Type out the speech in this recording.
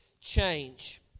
change